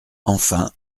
enfin